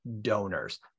donors